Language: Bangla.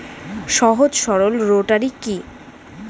সহজ সরল রোটারি কি?